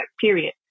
period